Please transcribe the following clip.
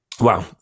Wow